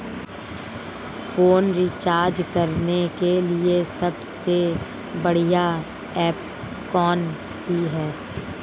Phone recharge करने के लिए सबसे बढ़िया ऐप कौन सी है?